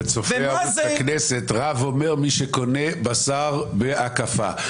לצופי ערוץ הכנסת, רב אומר: מי שקונה בשר בהקפה.